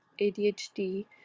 ADHD